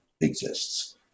exists